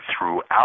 throughout